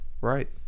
right